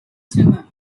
swimmer